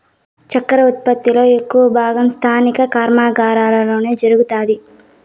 చక్కర ఉత్పత్తి లో ఎక్కువ భాగం స్థానిక కర్మాగారాలలోనే జరుగుతాది